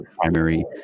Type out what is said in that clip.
primary